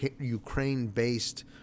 Ukraine-based